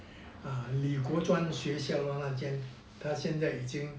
啊李郭川学校咯那间他现在已经